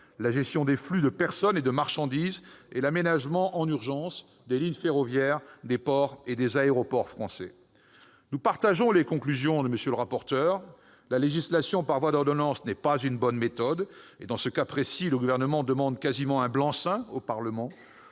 la gestion des flux de personnes et de marchandises et l'aménagement, en urgence, des lignes ferroviaires, des ports et des aéroports français. Nous approuvons les conclusions de M. le rapporteur. La législation par voie d'ordonnances n'est pas une bonne méthode, et, dans ce cas précis, le Gouvernement demande quasiment un blanc-seing au Parlement.